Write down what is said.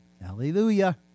Hallelujah